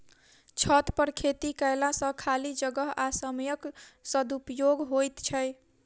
छतपर खेती कयला सॅ खाली जगह आ समयक सदुपयोग होइत छै